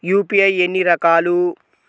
UPI ఎన్ని రకాలు?